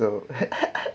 so